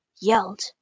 yelled